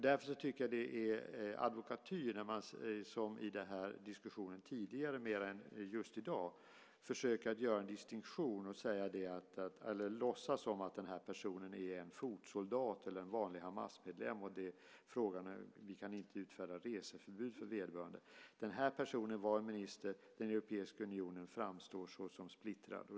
Därför tycker jag att det är advokatyr - det har det varit mer i diskussionen tidigare än just i dag - att försöka låtsas som att den här personen är en fotsoldat eller en vanlig Hamasmedlem och att vi därför inte kan utfärda reseförbud för vederbörande. Den här personen var en minister. Den europeiska unionen framstår som splittrad.